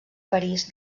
parís